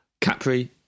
Capri